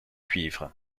cuivre